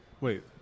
Wait